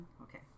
Okay